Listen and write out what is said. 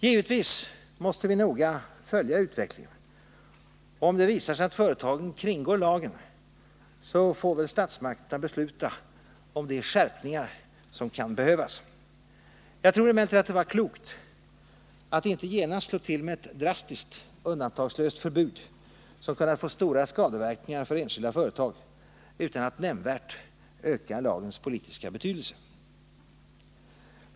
Givetvis måste vi noga följa utvecklingen, och om det visar sig att företagen kringgår lagen får väl statsmakterna besluta om de skärpningar som kan behövas. Jag tror emellertid att det var klokt att inte genast slå till med ett drastiskt, undantagslöst förbud, som kunnat få stora skadeverkningar för enskilda företag utan att nämnvärt öka lagens politiska betydelse.